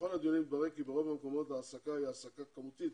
התברר כי ברוב המקומות ההעסקה היא העסק כמותית